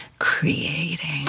creating